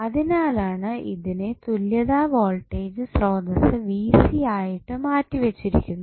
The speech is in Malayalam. അതിനാലാണ് ഇതിനെ തുല്യതാ വോൾട്ടേജ് സ്രോതസ്സ് ആയിട്ട് മാറ്റി വെച്ചിരിക്കുന്നത്